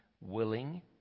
willing